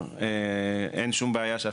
כלומר במודל שמאחורי החוק.